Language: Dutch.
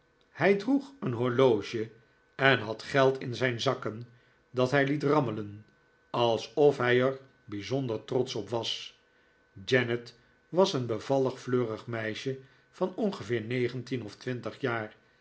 hij droeg een horloge en had geld in zijn zakken dat hij liet rammelen alsof hij er bijzonder trotsch op was janet was een bevallig fleurig meisje van bngeveer negentien of twintig jaar